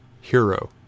hero